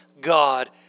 God